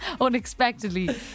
Unexpectedly